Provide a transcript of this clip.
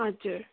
हजुर